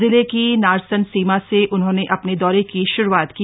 जिले की नारसन सीमा से उन्होंने अपने दौरे की श्रुआत की